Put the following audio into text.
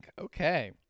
Okay